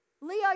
Leo